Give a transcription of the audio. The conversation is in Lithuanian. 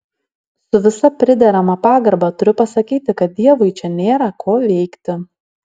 su visa priderama pagarba turiu pasakyti kad dievui čia nėra ko veikti